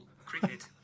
Cricket